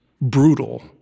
brutal